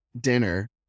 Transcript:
dinner